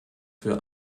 für